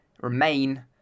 remain